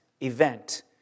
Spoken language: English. event